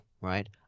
right